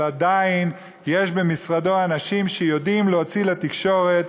אבל עדיין יש במשרדו אנשים שיודעים להוציא לתקשורת